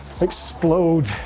explode